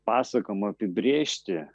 pasakojimą apibrėžti